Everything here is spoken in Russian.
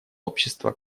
общества